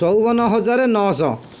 ଚଉବନ ହଜାର ନଅଶହ